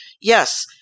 Yes